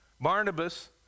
Barnabas